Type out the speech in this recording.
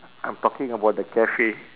I'm talking about the cafe